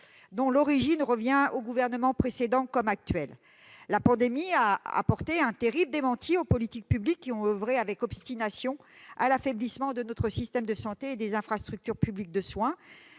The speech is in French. dont l'origine remonte aux gouvernements précédents et actuel. La pandémie a apporté un terrible démenti aux politiques publiques qui ont oeuvré avec obstination à l'affaiblissement de notre système de santé et des infrastructures publiques de soin.